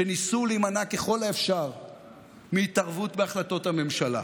שניסו להימנע ככל האפשר מהתערבות בהחלטות הממשלה.